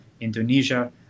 Indonesia